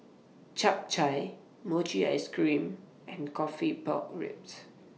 Chap Chai Mochi Ice Cream and Coffee Pork Ribs